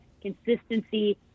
consistency